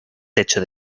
techo